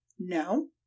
No